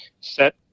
set